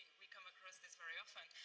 we come across this very often.